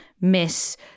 miss